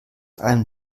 einem